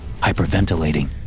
hyperventilating